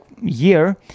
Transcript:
year